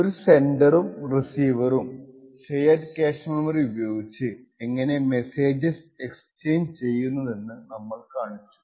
ഒരു സെന്റെറും റിസിവറും ഷെയേർഡ് കാഷ്മെമ്മറി ഉപയോഗിച്ച് എങ്ങനെ മെസ്സേജസ് എക്സ്ചേഞ്ച് ചെയ്യുന്നതെന്നു നമ്മൾ കാണിച്ചു